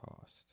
cost